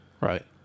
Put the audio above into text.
Right